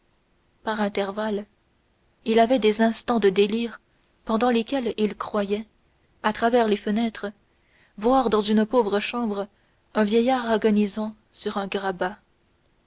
par intervalles il avait des instants de délire pendant lesquels il croyait à travers les fenêtres voir dans une pauvre chambre un vieillard agonisant sur un grabat